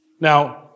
Now